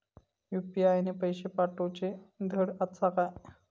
UPI ने पैशे पाठवूचे धड आसा काय?